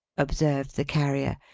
observed the carrier,